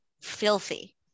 filthy